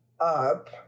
up